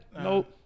Nope